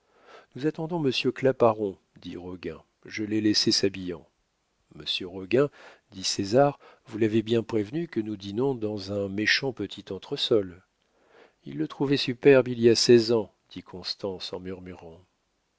nous attendons monsieur claparon dit roguin je l'ai laissé s'habillant monsieur roguin dit césar vous l'avez bien prévenu que nous dînions dans un méchant petit entresol il le trouvait superbe il y a seize ans dit constance en murmurant